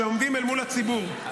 שעומדת אל מול הציבור,